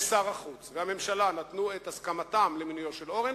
שר החוץ והממשלה נתנו את הסכמתם למינויו של אורן,